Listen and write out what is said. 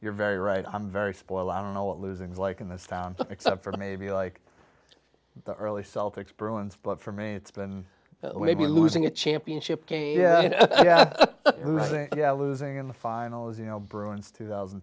you're very right i'm very spoiled i don't know what losers like in this town except for maybe like the early celtics bruins but for me it's been maybe losing a championship game yeah yeah yeah losing in the finals you know bruins two thousand